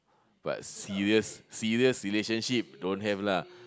but serious serious relationship don't have lah